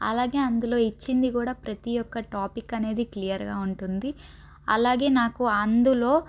అలాగే అందులో ఇచ్చింది కూడా ప్రతి ఒక్క టాపిక్ అనేది క్లియర్గా ఉంటుంది అలాగే నాకు అందులో